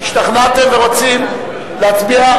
השתכנעתם ורוצים להצביע?